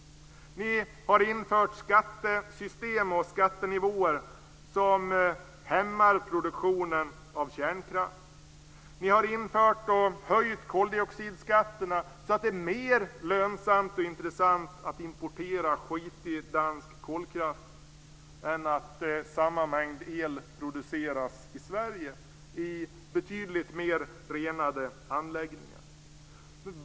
Ni har infört skattesystem och skattenivåer som hämmar produktionen av kärnkraft. Ni har infört och höjt koldioxidskatterna så att det är mer lönsamt och intressant att importera skitig dansk kolkraft än att producera samma mängd el i Sverige i betydligt mer renade anläggningar.